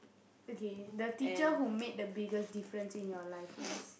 okay the teacher who made the biggest difference in your life is